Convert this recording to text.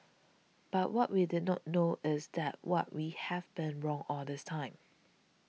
but what we did not know is that what we have been wrong all this time